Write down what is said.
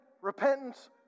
repentance